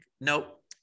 Nope